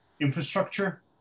infrastructure